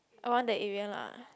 around the area lah